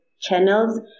channels